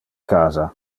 casa